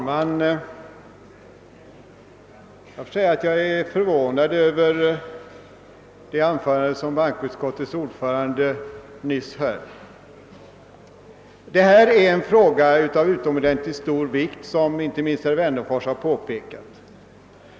Herr talman! Jag är förvånad över det anförande som bankoutskottets ordförande nyss höll. Detta är en fråga av utomordentligt stor vikt, vilket inte minst herr Wennerfors har påpekat.